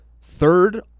third